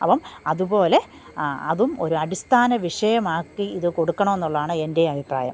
അപ്പോള് അതുപോലെ ആ അതും ഒരടിസ്ഥാന വിഷയമാക്കി ഇത് കൊടുക്കണമെന്നുള്ളതാണ് എന്റെ അഭിപ്രായം